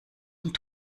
und